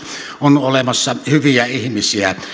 on olemassa hyviä ihmisiä